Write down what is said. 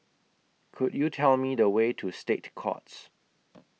Could YOU Tell Me The Way to State Courts